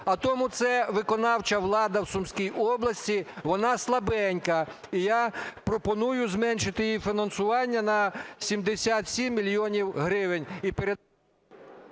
А тому ця виконавча влада в Сумській області, вона слабенька, і я пропоную зменшити її фінансування на 77 мільйонів гривень,